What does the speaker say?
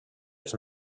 els